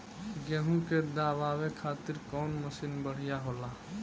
गेहूँ के दवावे खातिर कउन मशीन बढ़िया होला?